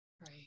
Right